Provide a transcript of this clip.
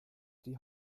die